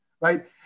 right